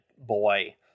boy